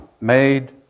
made